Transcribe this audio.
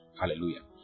hallelujah